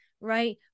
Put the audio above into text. right